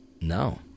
No